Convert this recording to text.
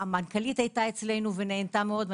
המנכ"לית היתה אצלנו ונהנתה מאוד,